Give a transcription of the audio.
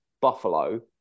Buffalo